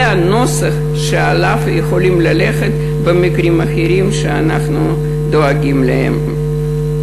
זה הנוסח שעליו יכולים ללכת במקרים אחרים שאנחנו דואגים להם.